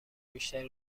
بیشتری